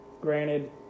Granted